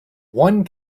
one